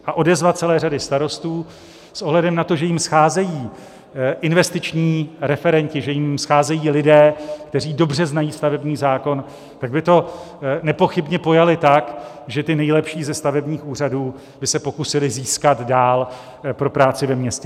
A odezva celé řady starostů s ohledem na to, že jim scházejí investiční referenti, že jim scházejí lidé, kteří dobře znají stavební zákon, tak by to nepochybně pojali tak, že ty nejlepší ze stavebních úřadů by se pokusili získat dál pro práci ve městě.